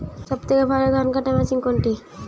সবথেকে ভালো ধানকাটা মেশিন কোনটি?